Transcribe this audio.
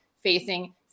facing